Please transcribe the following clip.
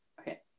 Okay